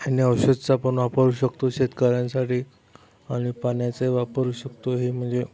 ह्यानी औषधाचा पण वापरू शकतो शेतकऱ्यांसाठी आणि पाण्याचे वापरू शकतो हे म्हणजे